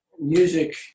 music